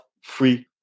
free